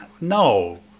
no